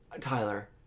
Tyler